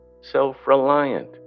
self-reliant